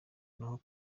naho